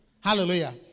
Hallelujah